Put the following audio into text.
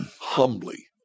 humbly